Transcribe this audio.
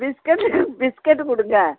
biscuit biscuit கொடுங்க